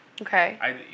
Okay